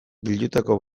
bildutako